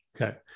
okay